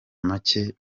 make